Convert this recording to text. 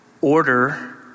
Order